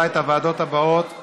לכמה הודעות.